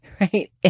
right